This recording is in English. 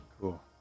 Cool